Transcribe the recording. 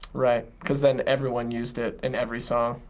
right, cause then everyone used it in every song,